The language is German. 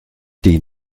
die